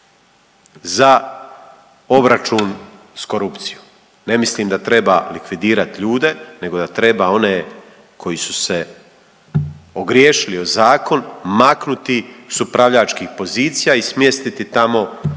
za obračun sa korupcijom. Ne mislim da treba likvidirati ljude, nego da treba one koji su se ogriješili o zakon maknuti sa upravljačkih pozicija i smjestiti tamo